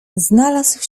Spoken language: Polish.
znalazł